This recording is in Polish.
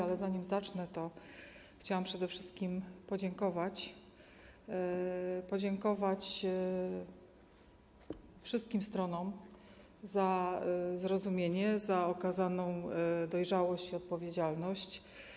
Ale zanim zacznę, to chciałam przede wszystkim podziękować wszystkim stronom za zrozumienie, za okazaną dojrzałość i odpowiedzialność.